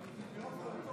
אני, משה ארבל,